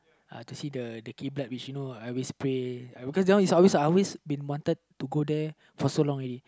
uh to see the the which you know I always pray cause that one I always always been wanted to go there for so long already